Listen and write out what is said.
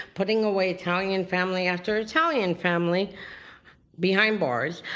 putting away italian family after italian family behind bars.